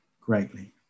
greatly